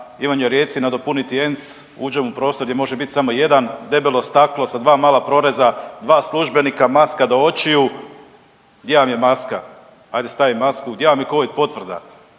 Ivanjoj Reci nadopuniti ENC, uđem u prostor gdje može biti samo jedan debelo staklo sa dva mala proreza, dva službenika maska do očiju, di vam je maska, ajde stavim masku, gdje vam je covid potvrda,